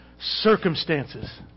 circumstances